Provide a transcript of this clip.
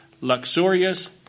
luxurious